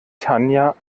tanja